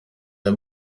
the